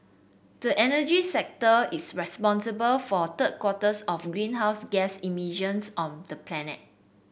the energy sector is responsible for third quarters of greenhouse gas emissions on the planet